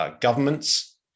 governments